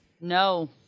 No